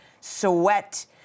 sweat